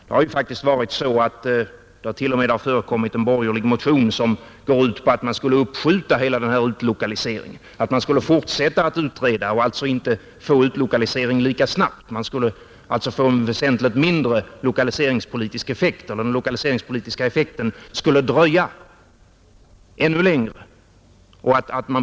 Det har faktiskt t.o.m., förekommit en borgerlig motion som går ut på att man skulle uppskjuta hela denna utlokalisering, att man skulle fortsätta att utreda och alltså inte få utlokaliseringen till stånd lika snabbt. Därigenom skulle det dröja ännu längre.